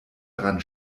dran